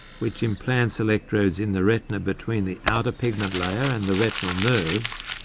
which implants electrodes in the retina between the outer pigment layer and the retinal nerves,